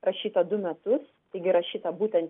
rašyta du metus taigi rašyta būtent